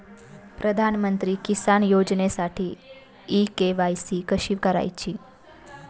प्रधानमंत्री किसान योजनेसाठी इ के.वाय.सी कशी करायची?